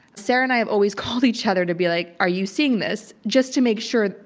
sarah and i have always called each other to be like, are you seeing this? just to make sure,